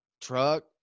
truck